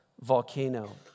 volcano